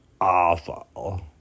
awful